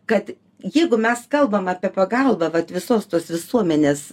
kad jeigu mes kalbam apie pagalbą vat visos tos visuomenės